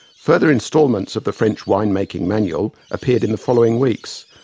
further instalments of the french wine-making manual appeared in the following weeks,